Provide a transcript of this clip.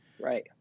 Right